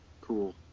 Cool